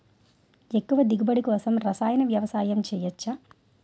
ఎక్కువ దిగుబడి కోసం రసాయన వ్యవసాయం చేయచ్చ?